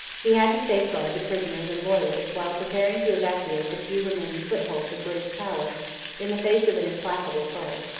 he had to safeguard the prisoners and loyalists while preparing to evacuate the few remaining footholds of british power in the face of an implacable foe.